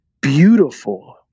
beautiful